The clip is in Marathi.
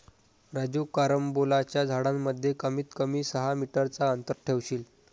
राजू कारंबोलाच्या झाडांमध्ये कमीत कमी सहा मीटर चा अंतर ठेवशील